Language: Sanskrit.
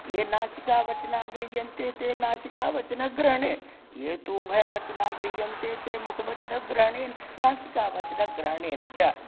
ये नासिकावचनाः गृह्यन्ते ते नासिकावचनग्रहणेन ये तु उभयवचनाः गृह्यन्ते ते मुखवचनग्रहणेन नासिकावचनग्रहणेन च